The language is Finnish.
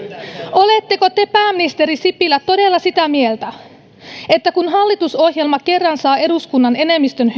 oletteko te pääministeri sipilä todella sitä mieltä että kun hallitusohjelma kerran saa eduskunnan enemmistön